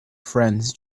friends